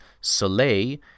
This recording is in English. Soleil